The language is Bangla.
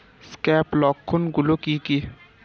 স্ক্যাব লক্ষণ গুলো কি কি?